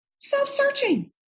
self-searching